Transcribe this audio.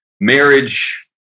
marriage